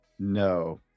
no